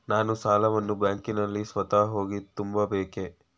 ನಾನು ಸಾಲವನ್ನು ಬ್ಯಾಂಕಿನಲ್ಲಿ ಸ್ವತಃ ಹೋಗಿ ತುಂಬಬೇಕೇ?